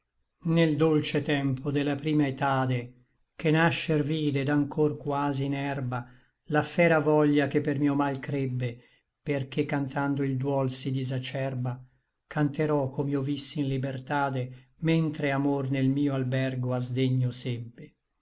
nel dolce tempo de la prima etade che nascer vide et anchor quasi in herba la fera voglia che per mio mal crebbe perché cantando il duol si disacerba canterò com'io vissi in libertade mentre amor nel mio albergo a sdegno